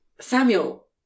Samuel